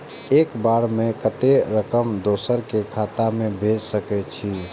एक बार में कतेक रकम दोसर के खाता में भेज सकेछी?